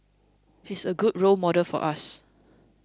he's a good role model for us